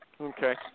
Okay